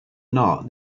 not